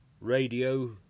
radio